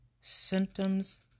symptoms